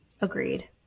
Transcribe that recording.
agreed